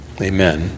amen